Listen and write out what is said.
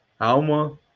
Alma